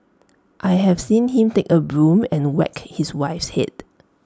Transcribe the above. I have seen him take A broom and whack his wife's Head